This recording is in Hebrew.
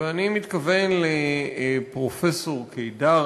ואני מתכוון לפרופ' קידר,